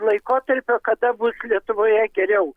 laikotarpio kada bus lietuvoje geriau